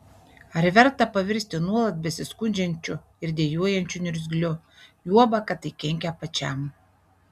ar verta pavirsti nuolat besiskundžiančiu ir dejuojančiu niurgzliu juoba kad tai kenkia pačiam